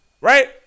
right